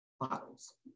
models